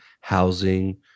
housing